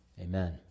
amen